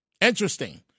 interesting